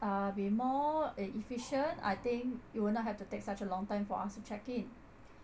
uh be more efficient I think it will not have to take such a long time for us to check in